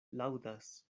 laŭdas